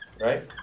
right